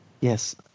Yes